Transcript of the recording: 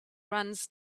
runs